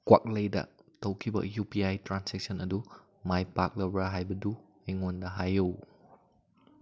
ꯀ꯭ꯋꯥꯛꯂꯩꯗ ꯇꯧꯈꯤꯕ U P I transaction ꯑꯗꯨ ꯃꯥꯏ ꯄꯥꯛꯂꯕ꯭ꯔꯥ ꯍꯥꯏꯕꯗꯨ ꯑꯩꯉꯣꯟꯗ ꯍꯥꯏꯌꯨ